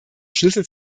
schlüssel